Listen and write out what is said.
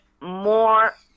more